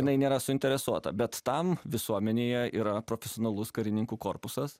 jinai nėra suinteresuota bet tam visuomenėje yra profesionalus karininkų korpusas